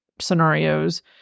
scenarios